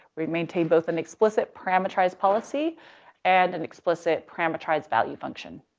we maintain both an explicit parameterized policy and an explicit parameterized value function.